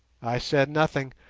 i said nothing,